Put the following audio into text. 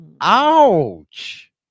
Ouch